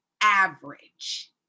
average